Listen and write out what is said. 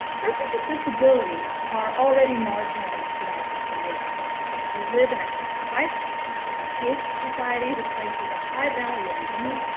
persons with disabilities are already marginalized in our society we live in it high paced society that places a high value and youth,